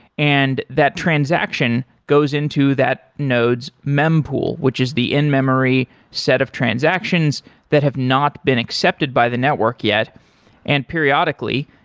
and that transaction goes into that node's mem pool, which is the in-memory set of transactions that have not been accepted by the network yet and periodically,